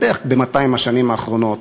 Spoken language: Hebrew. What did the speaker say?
בערך ב-200 השנים האחרונות,